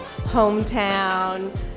hometown